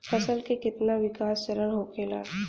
फसल के कितना विकास चरण होखेला?